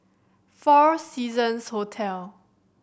Four Seasons Hotel